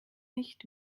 nicht